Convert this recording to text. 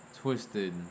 twisted